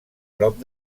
prop